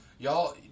y'all